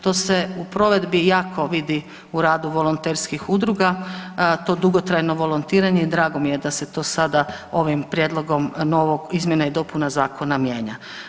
To se u provedbi jako vidi u radu volonterskih udruga, to dugotrajno volontiranje i drago mi je da se to sada ovim prijedlogom novog, izmjena i dopuna zakona mijenja.